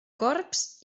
corbs